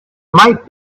might